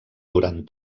durant